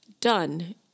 done